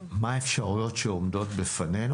מה האפשרויות שעומדות לפנינו.